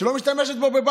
שהיא לא משתמשת בו בבלפור,